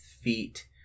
feet